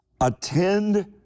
Attend